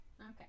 okay